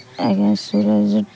ଆଜ୍ଞା ସୂରଜ୍